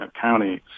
county